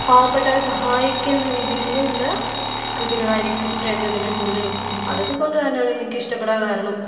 പാവപ്പെട്ടവരെ സഹായിക്കുന്ന രീതിയിലുള്ള കൃതികളായിരിക്കും പ്രേംചന്ദിൻ്റെ കൂടുതലും അതൊക്കെ കൊണ്ടുതന്നെയാണ് എനിക്കിഷ്ടപ്പെടാൻ കാരണവും